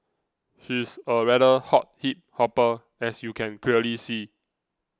she is a rather hot hip hopper as you can clearly see